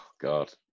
god